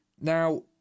Now